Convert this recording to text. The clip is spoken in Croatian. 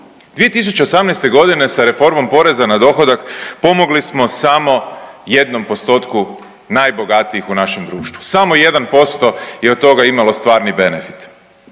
2018. godine sa reformom poreza na dohodak pomogli smo samo jednom postotku najbogatijih u našem društvu, samo 1% je od toga imalo stvarni benefit.